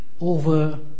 over